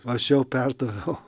paprašiau perdaviau